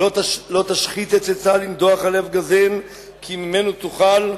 "לא תשחית את עצה לנדח עליו גרזן כי ממנו תאכל"